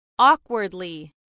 Awkwardly